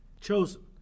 Chosen